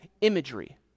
imagery